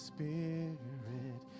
Spirit